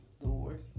Lord